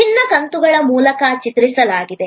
ವಿಭಿನ್ನ ಕಂತುಗಳ ಮೂಲಕ ಚಿತ್ರಿಸಲಾಗಿದೆ